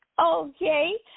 Okay